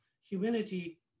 humility